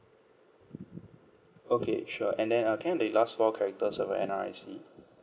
okay sure and then uh can I have the last four characters of your N_R_I_C